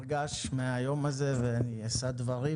הזה ואני אשא דברים,